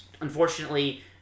unfortunately